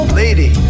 lady